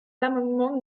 l’amendement